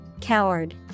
Coward